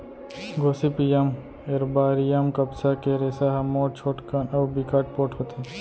Gossypium arboreum कपसा के रेसा ह मोठ, छोटकन अउ बिकट पोठ होथे